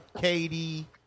Katie